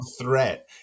threat